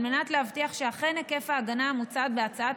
על מנת להבטיח שאכן היקף ההגנה המוצעת בהצעת